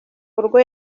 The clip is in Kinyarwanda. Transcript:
urwo